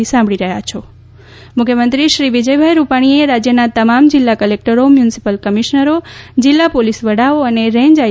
મુખ્યમંત્રી મુખ્યમંત્રી શ્રી વિજયભાઇ રૂપાણીએ રાજ્યના તમામ જિલ્લા કલેકટરો મ્યુનિસિપલ કમિશનરો જિલ્લા પોલીસ વડાઓ અને રેન્જ આઇ